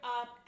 up